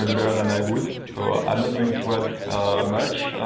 and better than i would saw on the brink much